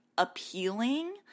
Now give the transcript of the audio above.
appealing